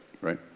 right